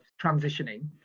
transitioning